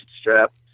strap